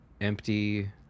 empty